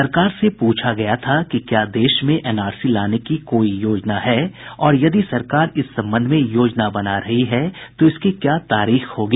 सरकार से पूछा गया था कि क्या देश में एनआरसी लाने की कोई योजना है और यदि सरकार इस संबंध में योजना बना रही है तो इसकी क्या तारीखें होंगी